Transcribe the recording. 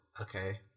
Okay